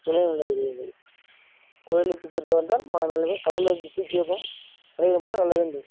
அடைகிறீர்கள் கோயிலுக்குப் போயிட்டு வந்தால் மன கடலுக்கு பீச்சு பக்கம் நல்லது என்று